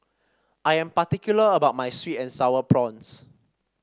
I am particular about my sweet and sour prawns